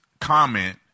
comment